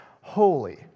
holy